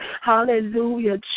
Hallelujah